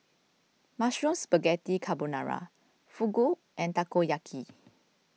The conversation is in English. Mushroom Spaghetti Carbonara Fugu and Takoyaki